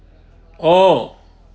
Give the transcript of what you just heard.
!ow!